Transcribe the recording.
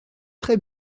très